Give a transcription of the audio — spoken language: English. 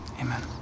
amen